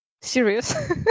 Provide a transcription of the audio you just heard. serious